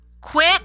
quit